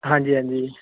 ਹਾਂਜੀ ਹਾਂਜੀ